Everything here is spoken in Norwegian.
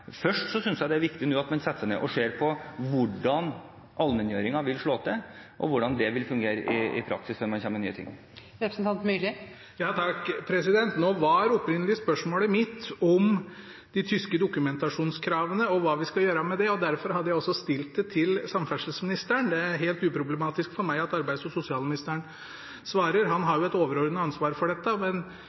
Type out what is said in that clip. Først synes jeg det nå er viktig at man setter seg ned og ser på hvordan allmenngjøringen vil slå til, og hvordan det vil fungere i praksis, før man kommer med nye ting. Nå var opprinnelig spørsmålet mitt om de tyske dokumentasjonskravene og hva vi skal gjøre med det. Derfor hadde jeg også stilt spørsmålet til samferdselsministeren. Det er helt uproblematisk for meg at arbeids- og sosialministeren svarer. Han har jo et overordnet ansvar for dette.